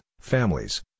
families